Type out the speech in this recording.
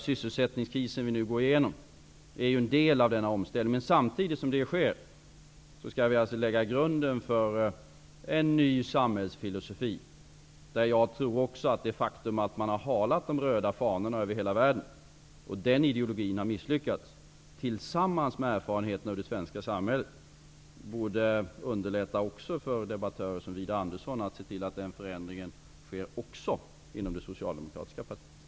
Sysselsättningskrisen är ju en del av denna omställning. Jag tror att det faktum att man har halat de röda fanorna över hela världen och att den ideologin har misslyckats, tillsammans med erfarenheterna från det svenska samhället, borde underlätta för debattörer som Widar Andersson att se till att den förändringen också sker inom det socialdemokratiska partiet.